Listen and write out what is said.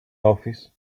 office